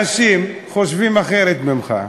אנשים חושבים אחרת ממך,